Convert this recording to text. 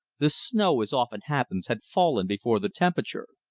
the snow, as often happens, had fallen before the temperature.